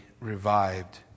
revived